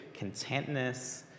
contentness